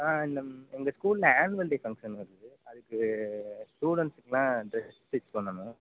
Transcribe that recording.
ஆ இந்த இந்த ஸ்கூலில் ஆன்வல் டே ஃபங்ஷன் வருது அதுக்கு ஸ்டுடண்ட்ஸ்கெல்லாம் ட்ரெஸ் ஸ்டிச் பண்ணணும்